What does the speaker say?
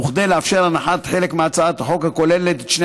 וכדי לאפשר הנחת חלק מהצעת החוק הכולל את שני